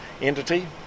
entity